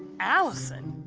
allisyn,